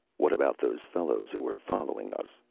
what about those fellows who were following us?